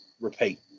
repeat